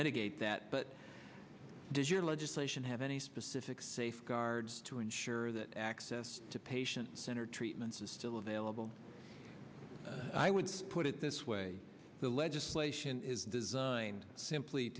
medicate that but does your legislation have any specific safeguards to ensure that access to patient centered treatments is still available i would put it this way the legislation is designed simply